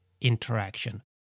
interaction